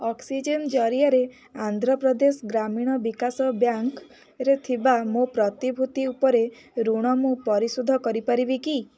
oxygen ଜରିଆରେ ଆନ୍ଧ୍ରପ୍ରଦେଶ ଗ୍ରାମୀଣ ବିକାଶ ବ୍ୟାଙ୍କ୍ରେ ଥିବା ମୋ ପ୍ରତିଭୂତି ଉପରେ ଋଣ ମୁଁ ପରିଶୋଧ କରିପାରିବି କି